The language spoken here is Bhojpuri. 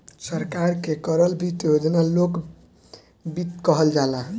सरकार के करल वित्त योजना लोक वित्त कहल जाला